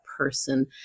person